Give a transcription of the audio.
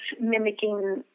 mimicking